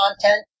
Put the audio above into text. content